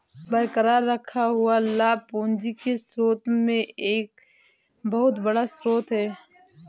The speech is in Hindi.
बरकरार रखा हुआ लाभ पूंजी के स्रोत में एक बहुत बड़ा स्रोत है